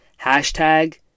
hashtag